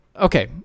okay